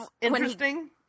interesting